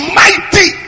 mighty